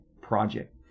project